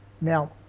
Now